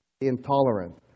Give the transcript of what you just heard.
intolerant